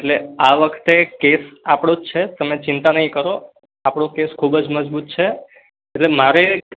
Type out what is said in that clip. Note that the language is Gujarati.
એટલે આ વખતે કેસ આપણો જ છે તમે ચિંતા નહીં કરો આપણો કેસ ખૂબ જ મજબૂત છે એટલે મારે